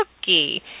cookie